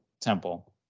temple